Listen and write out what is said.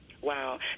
Wow